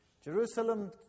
Jerusalem